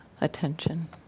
attention